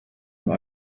nur